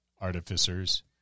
artificers